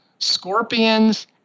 scorpions